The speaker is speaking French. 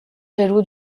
jaloux